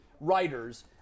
writers